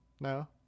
No